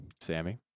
Sammy